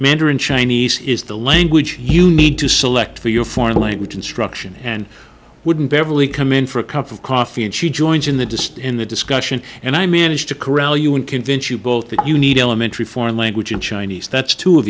mandarin chinese is the language you need to select for your foreign language instruction and wouldn't beverly come in for a cup of coffee and she joins in the distin the discussion and i managed to corral you and convince you both that you need elementary foreign language in chinese that's two of